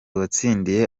watsindiye